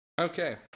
Okay